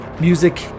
Music